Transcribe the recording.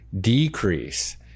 decrease